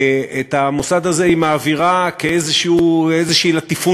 את המוסד הזה היא מעבירה כאיזו לטיפונדיה,